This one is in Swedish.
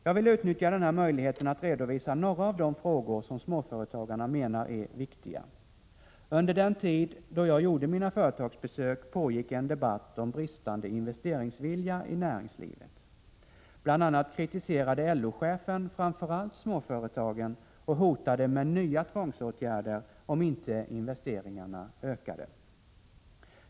Jag vill utnyttja den här möjligheten att redovisa några av de frågor som småföretagarna menar är viktiga. Under den tid då jag gjorde mina företagsbesök pågick en debatt om bristande investeringsvilja i näringslivet. Bl. a. kritiserade LO-chefen framför allt småföretagen och hotade med nya tvångsåtgärder om inte investeringarna ökade.